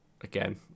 again